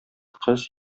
кыз